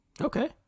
Okay